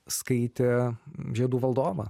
skaitė žiedų valdovą